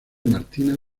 martina